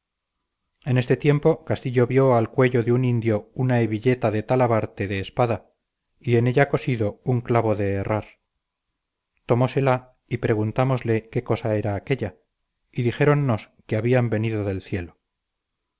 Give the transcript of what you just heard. en este tiempo castillo vio al cuello de un indio una hebilleta de talabarte de espada y en ella cosido un clavo de herrar tomósela y preguntámosle qué cosa era aquélla y dijéronnos que habían venido del cielo